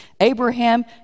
Abraham